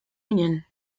union